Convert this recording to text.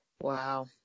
Wow